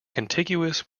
contiguous